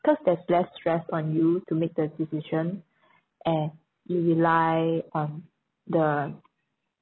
cause there's less stress on you to make the decision and you rely on the